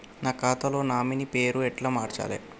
నా ఖాతా లో నామినీ పేరు ఎట్ల మార్చాలే?